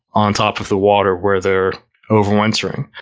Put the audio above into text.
on top of the water where they're overwintering.